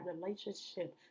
relationship